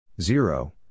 Zero